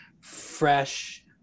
fresh